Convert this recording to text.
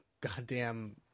goddamn